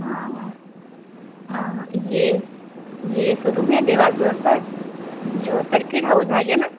ये ये सोरूम है देवास रोड पर जो सर्किट हाउस आ गए न